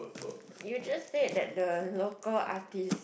you just said that the local artist